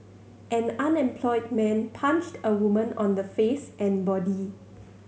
an unemployed man punched a woman on the face and body